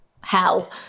hell